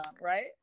right